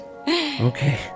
Okay